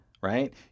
right